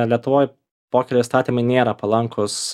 lietuvoj pokerio įstatymai nėra palankūs